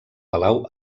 palau